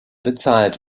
bezahlt